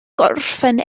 orffen